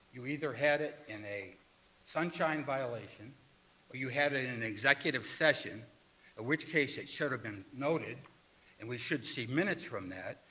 you either had it in a sunshine violation or you had it in an executive session, in which case it should have been noted and we should see minutes from that,